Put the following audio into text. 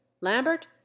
Lambert